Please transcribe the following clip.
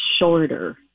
shorter